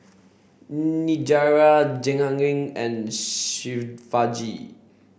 Niraj Jehangirr and Shivaji